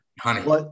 honey